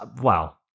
Wow